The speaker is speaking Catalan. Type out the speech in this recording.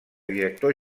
director